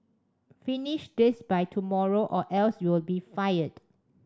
finish this by tomorrow or else you'll be fired